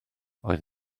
oedd